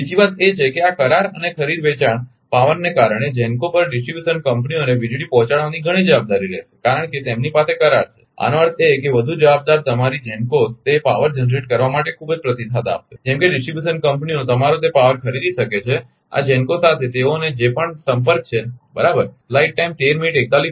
બીજી વાત એ છે કે આ કરાર અને ખરીદ વેચાણ પાવરને કારણે GENCOs પર ડિસ્ટ્રીબ્યુશન કંપનીઓને વીજળી પહોંચાડવાની ઘણી જવાબદારી રહેશે કારણ કે તેમની પાસે કરાર છે આનો અર્થ એ કે વધુ જવાબદાર તમારી GENCOs તે પાવર જનરેટ કરવા માટે ખૂબ જ પ્રતિસાદ આપશે જેમ કે ડિસ્ટ્રીબ્યુશન કંપનીઓ તમારો તે પાવર ખરીદી શકે છે આ GENCOs સાથે તેઓનો જે પણ સંપર્ક છે બરાબર